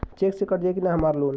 Check से कट जाई की ना हमार लोन?